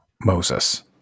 Moses